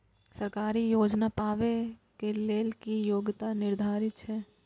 सरकारी योजना पाबे के लेल कि योग्यता निर्धारित छै?